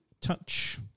touch